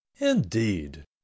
indeed